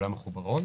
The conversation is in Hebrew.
שכולן מחוברות